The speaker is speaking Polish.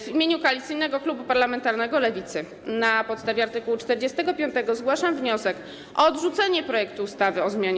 W imieniu Koalicyjnego Klubu Parlamentarnego Lewicy na podstawie art. 45 zgłaszam wniosek o odrzucenie projektu ustawy o zmianie